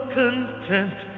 content